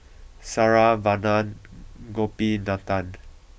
Saravanan Gopinathan